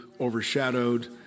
overshadowed